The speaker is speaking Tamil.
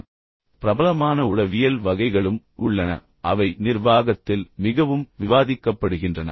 குறிப்பாக பிரபலமான உளவியல் வகைகளும் உள்ளன அவை நிர்வாகத்தில் மிகவும் விவாதிக்கப்படுகின்றன